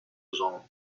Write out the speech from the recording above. angles